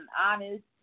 honest